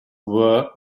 were